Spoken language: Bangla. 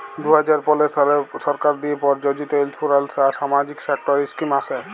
দু হাজার পলের সালে সরকার দিঁয়ে পরযোজিত ইলসুরেলস আর সামাজিক সেক্টর ইস্কিম আসে